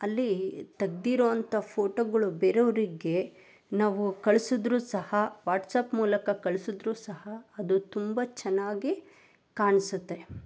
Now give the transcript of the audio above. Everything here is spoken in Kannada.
ಅಲ್ಲಿ ತೆಗ್ದಿರುವಂಥ ಫೋಟೋಗಳು ಬೇರೆಯವರಿಗೆ ನಾವು ಕಳಿಸಿದ್ರು ಸಹ ವಾಟ್ಸ್ಆ್ಯಪ್ ಮೂಲಕ ಕಳಿಸಿದ್ರು ಸಹ ಅದು ತುಂಬ ಚೆನ್ನಾಗಿ ಕಾಣಿಸುತ್ತೆ